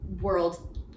world